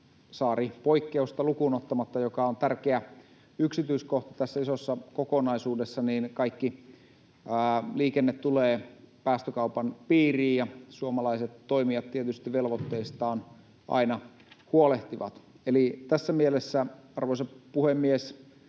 saaripoikkeusta lukuun ottamatta, joka on tärkeä yksityiskohta tässä isossa kokonaisuudessa, kaikki liikenne, tulevat päästökaupan piiriin, ja suomalaiset toimijat tietysti velvoitteistaan aina huolehtivat. Eli tässä mielessä, arvoisa puhemies,